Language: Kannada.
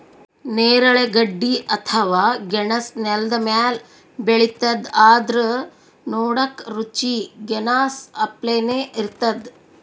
ನೇರಳೆ ಗಡ್ಡಿ ಅಥವಾ ಗೆಣಸ್ ನೆಲ್ದ ಮ್ಯಾಲ್ ಬೆಳಿತದ್ ಆದ್ರ್ ನೋಡಕ್ಕ್ ರುಚಿ ಗೆನಾಸ್ ಅಪ್ಲೆನೇ ಇರ್ತದ್